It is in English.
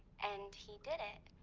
and he did it,